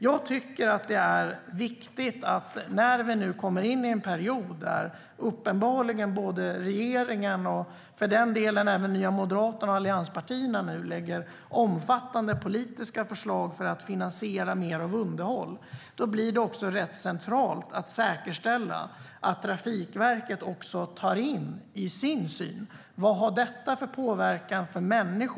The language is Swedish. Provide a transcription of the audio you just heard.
Nu kommer vi in i en period då uppenbarligen regeringen och, för den delen, även Nya Moderaterna och allianspartierna lägger fram omfattande politiska förslag för att finansiera mer av underhåll. Jag tycker att det då är viktigt och centralt att säkerställa att Trafikverket också tar in i sin syn vad detta har för påverkan för människor.